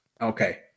okay